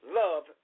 love